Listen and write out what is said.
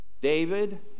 David